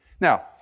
Now